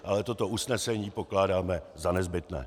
Ale toto usnesení pokládáme za nezbytné.